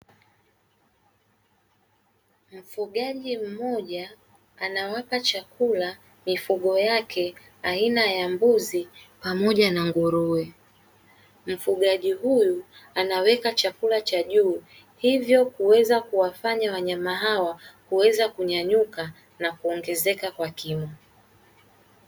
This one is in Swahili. Mfugaji mmoja anawapa chakula mifugo yake aina ya mbuzi pamoja na nguruwe, mfugaji huyu anaweka chakula cha juu hivyo kuweza kuwafanya wanyama hawa kuweza kunyanyuka na kuongezeka kwa kimo.